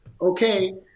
okay